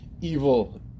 evil